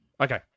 Okay